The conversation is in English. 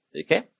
Okay